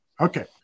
Okay